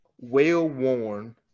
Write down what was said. well-worn